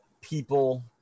people